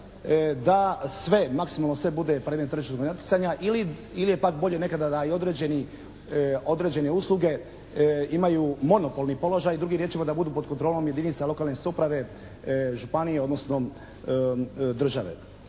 da sve, maksimalno sve bude predmet tržišnog natjecanja ili je pak bolje nekada da i određene usluge imaju monopolni položaj, drugim riječima da budu pod kontrolom jedinica lokalne samouprave, županije odnosno države.